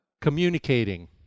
communicating